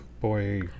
boy